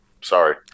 Sorry